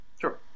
Sure